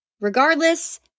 Regardless